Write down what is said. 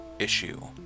Issue